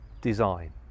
design